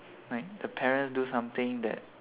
like the parents do something that